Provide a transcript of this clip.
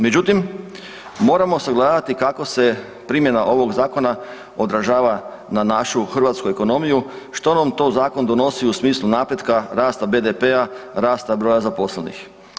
Međutim, moramo sagledati kako se primjena ovog zakona odražava na našu hrvatsku ekonomiju, što nam to zakon donosi u smislu napretka, rasta BDP-a, rasta broja zaposlenih.